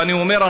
ואני אומר,